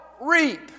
reap